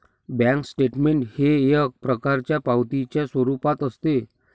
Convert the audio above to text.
bank statement हे एक प्रकारच्या पावतीच्या स्वरूपात असते